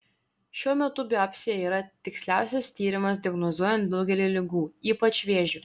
šiuo metu biopsija yra tiksliausias tyrimas diagnozuojant daugelį ligų ypač vėžį